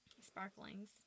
Sparklings